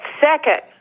second